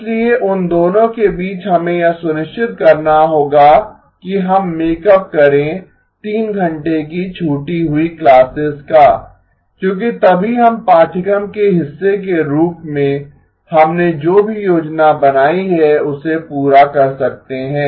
इसलिए उन दोनों के बीच हमें यह सुनिश्चित करना होगा कि हम मेक अप करें 3 घंटे की छूटी हुई क्लासेस का क्योंकि तभी हम पाठ्यक्रम के हिस्से के रूप में हमने जो भी योजना बनाई है उसे पूरा कर सकते हैं